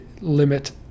limit